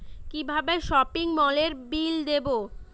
কিভাবে সপিং মলের বিল দেবো?